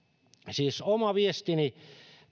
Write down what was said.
siis oma viestini